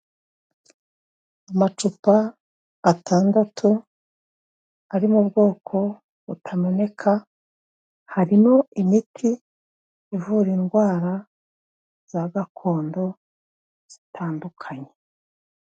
Amacupa atandatu ari mu bwoko butameneka, harimo imiti ivura indwara za gakondo zitandukanye.